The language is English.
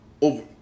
over